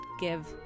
give